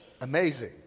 amazing